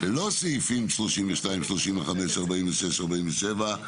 (ללא סעיפים 32-35, 46-47,